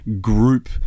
group